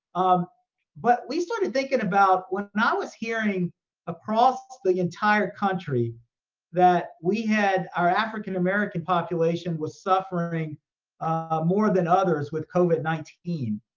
um but we started thinking about, when i was hearing across the entire country that we had, our african american population was suffering ah more than others with covid nineteen,